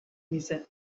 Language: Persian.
میزه